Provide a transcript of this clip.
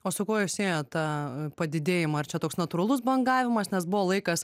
o su kuo jūs tą padidėjimą ar čia toks natūralus bangavimas nes buvo laikas